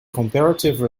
comparative